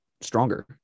stronger